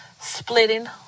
splitting